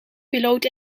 piloot